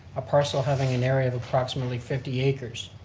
a parcel having an area of approximately fifty acres.